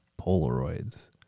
Polaroids